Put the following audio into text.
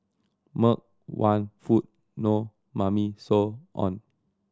milk want food no Mummy so on